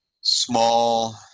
small